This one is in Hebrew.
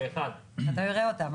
מתי הוא יראה אותם?